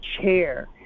chair